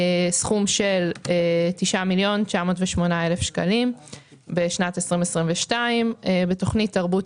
סכום של 9,908,000 שקלים בשנת 2022. בתוכנית תרבות